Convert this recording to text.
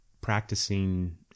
practicing